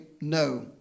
no